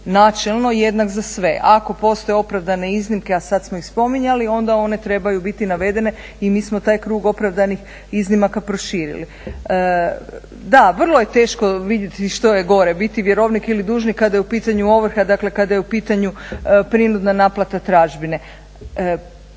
načelno jednak za sve. Ako postoje opravdane iznimke, a sada smo ih spominjali onda one trebaju biti navedene i mi smo taj krug opravdanih iznimaka proširili. Da, vrlo je teško vidjeti što je gore, biti vjerovnik ili dužnik kada je u pitanju ovrha, dakle kada je u pitanju prinudna naplata tražbine.